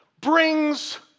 brings